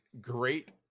great